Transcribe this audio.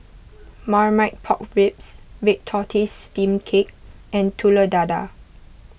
Marmite Pork Ribs Red Tortoise Steamed Cake and Telur Dadah